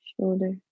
shoulder